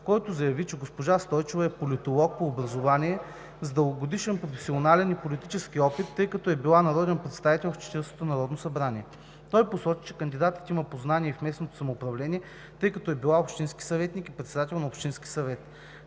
който заяви, че госпожа Стойчева е политолог по образование с дългогодишен професионален и политически опит, тъй като е била народен представител в 40-ото Народно събрание. Той посочи, че кандидатът има познания и в местното самоуправление, тъй като е била общински съветник и председател на общински съвет.